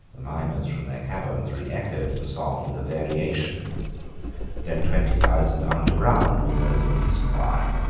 the miners from their caverns reechoed the song with a variation then twenty thousand under ground will know the reason why.